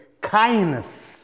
kindness